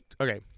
okay